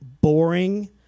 boring